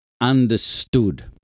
understood